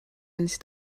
nicht